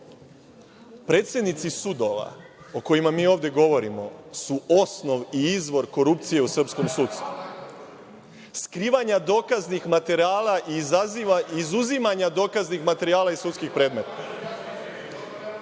Predsednici sudova o kojima mi ovde govorimo su osnov i izvor korupcije u srpskom sudstvu. Skrivanja dokaznih materijala izaziva izuzimanje dokaznih materijala iz sudskih predmeta.Zašto